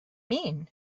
mean